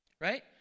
right